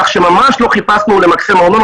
כך שממש לא חיפשנו למקסם ארנונה,